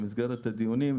במסגרת הדיונים,